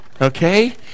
Okay